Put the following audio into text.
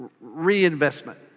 reinvestment